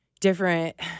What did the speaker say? different